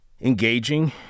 engaging